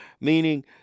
meaning